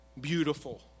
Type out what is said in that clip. beautiful